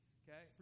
okay